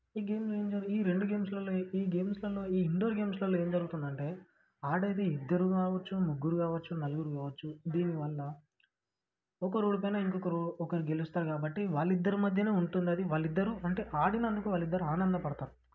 ఈ గేమ్లో ఏం జ ఈ రెండు గేమ్స్లల్లో ఈ గేమ్స్లల్లో ఏం జరుగుతుందంటే ఆడేది ఇద్దరు కావచ్చు ముగ్గురు కావచ్చు నలుగురు కావచ్చు దీని వల్ల ఒకరు ఓడిపోయినా ఇంకొకరు ఒకరు గెలుస్తారు కాబట్టి వాళ్ళిద్దరి మధ్యన ఉంటుందది వాళ్ళిద్దరూ అంటే ఆడినందుకు వాళ్ళిద్దరు ఆనందపడతారు